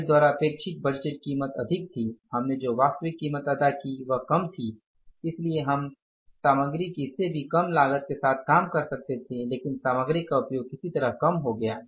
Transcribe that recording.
हमारे द्वारा अपेक्षित बजटेड कीमत अधिक थी हमने जो वास्तविक कीमत अदा की वह कम थी इसलिए हम सामग्री की इससे भी कम लागत के साथ काम कर सकते थे लेकिन सामग्री का उपयोग किसी तरह कम हो गया